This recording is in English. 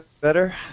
better